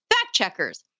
fact-checkers